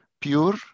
pure